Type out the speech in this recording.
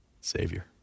Savior